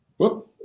Whoop